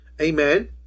amen